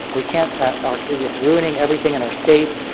we can't or it's ruining everything in our state.